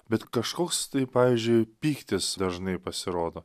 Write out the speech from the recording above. bet kažkoks tai pavyzdžiui pyktis dažnai pasirodo